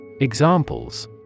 Examples